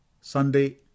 Sunday